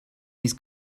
his